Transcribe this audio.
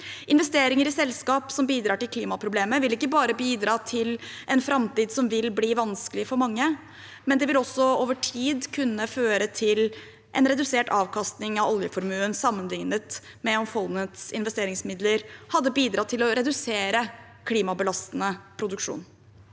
Investeringer i selskap som bidrar til klimaproblemet, vil ikke bare bidra til en framtid som vil bli vanskelig for mange, men det vil også over tid kunne føre til en redusert avkastning av oljeformuen sammenlignet med om fondets investeringsmidler hadde bidratt til å redusere klimabelastende produksjon.